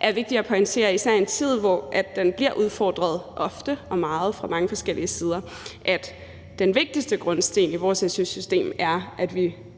er vigtigt at pointere, især i en tid, hvor den bliver udfordret ofte og meget fra mange forskellige sider, at den vigtigste grundsten i vores su-system er, at